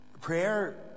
Prayer